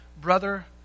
brother